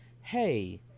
hey